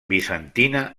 bizantina